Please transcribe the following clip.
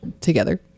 together